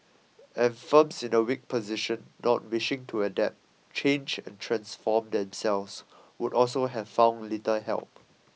and firms in a weak position not wishing to adapt change and transform themselves would also have found little help